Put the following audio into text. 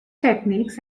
techniques